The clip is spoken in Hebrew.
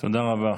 תודה רבה.